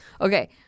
Okay